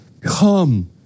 come